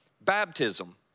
Baptism